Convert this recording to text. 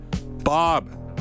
Bob